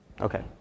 Okay